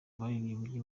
baririmbye